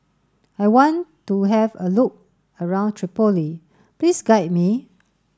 I want to have a look around Tripoli please guide me